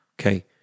okay